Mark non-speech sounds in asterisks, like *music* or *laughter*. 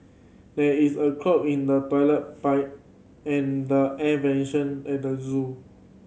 there is a clog in the toilet pipe and the air *unintelligible* at the zoo